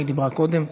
היא דיברה קודם.